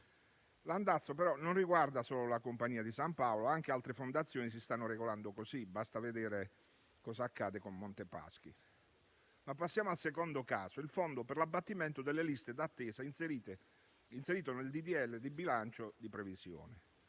L'andazzo però non riguarda solo la Compagnia di San Paolo: anche altre fondazioni si stanno regolando così; basti vedere cosa accade con Monte dei paschi di Siena. Passiamo al secondo caso, che riguarda il fondo per l'abbattimento delle liste d'attesa inserito nel disegno di legge di bilancio di previsione.